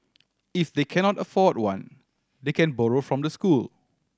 if they cannot afford one they can borrow from the school